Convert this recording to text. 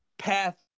Path